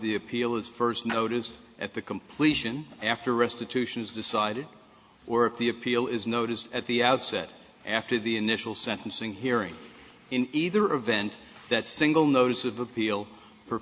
the appeal is first noticed at the completion after restitution is decided or if the appeal is noticed at the outset after the initial sentencing hearing in either event that single notice of appeal